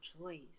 choice